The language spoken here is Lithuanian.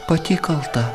pati kalta